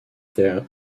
their